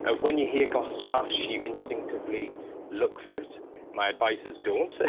ah when you hear glass smash you instinctively look for it my advice is don't!